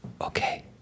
Okay